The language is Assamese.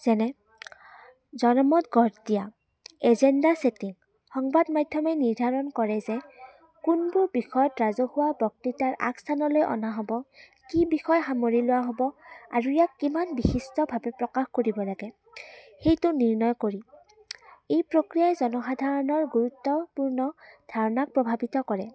যেনে জনমত গঢ় দিয়া এজেণ্ডা ছেটিং সংবাদ মাধ্যমে নিৰ্ধাৰণ কৰে যে কোনবোৰ বিষয়ত ৰাজহুৱা বক্তৃতাৰ আগস্থানলৈ অনা হ'ব কি বিষয় সামৰি লোৱা হ'ব আৰু ইয়াক কিমান বিশিষ্টভাৱে প্ৰকাশ কৰিব লাগে সেইটো নিৰ্ণয় কৰি এই প্ৰক্ৰিয়াই জনসাধাৰণৰ গুৰুত্বপূৰ্ণ ধাৰণাক প্ৰভাৱিত কৰে